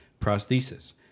prosthesis